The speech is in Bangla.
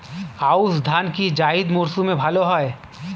আউশ ধান কি জায়িদ মরসুমে ভালো হয়?